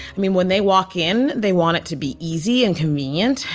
i mean, when they walk in they want it to be easy and convenient.